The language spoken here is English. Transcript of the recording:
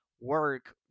work